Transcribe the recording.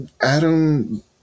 Adam